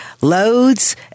loads